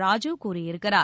ராஜு கூறியிருக்கிறார்